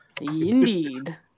Indeed